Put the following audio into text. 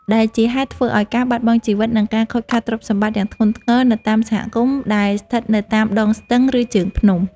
ដែលជាហេតុធ្វើឱ្យមានការបាត់បង់ជីវិត និងការខូចខាតទ្រព្យសម្បត្តិយ៉ាងធ្ងន់ធ្ងរនៅតាមសហគមន៍ដែលស្ថិតនៅតាមដងស្ទឹង ឬជើងភ្នំ។